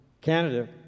Canada